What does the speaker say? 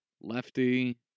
Lefty